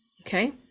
Okay